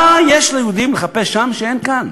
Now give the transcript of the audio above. מה יש ליהודים לחפש שם שאין כאן?